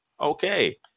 okay